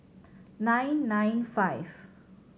nine nine five